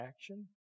action